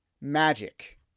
magic